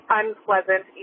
unpleasant